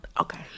Okay